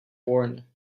born